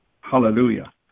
Hallelujah